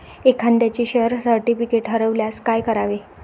एखाद्याचे share certificate हरवल्यास काय करावे?